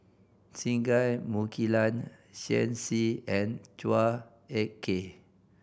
Singai Mukilan Shen Xi and Chua Ek Kay